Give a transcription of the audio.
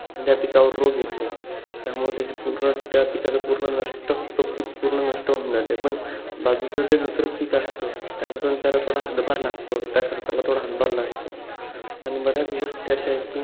त्या पिकावर रोग येतो त्यामुळं त्याची पूर्ण त्या पिकाचा पूर्ण नष्ट ते पिक पूर्ण नष्ट होऊन जाते पण बाजूचं ते दुसरं पिक असतं त्यामधून त्याला थोडा हातभार लागतो त्या खर्चाला थोडा हातभार लागतो आणि बऱ्याच गोष्टी अशा आहेत की